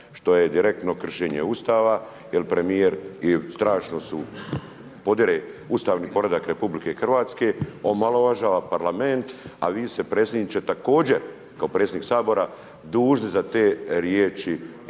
što je direktno kršenje Ustava, jer premjer strašno su …/Govornik se ne razumije. Ustavni poredak RH, omalovažava parlament, a vi ste predsjedniče također, kao predsjednik Sabora dužni za te riječi ispričati,